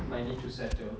might need to settle